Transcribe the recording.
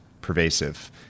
pervasive